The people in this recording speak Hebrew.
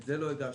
את זה לא הגשנו.